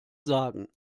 sagen